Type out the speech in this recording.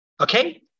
okay